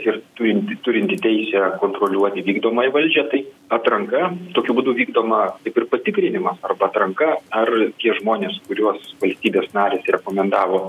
ir turinti turinti teisę kontroliuoti vykdomąją valdžią tai atranka tokiu būdu vykdoma taip ir patikrinimas arba atranka ar tie žmonės kuriuos valstybės narės rekomendavo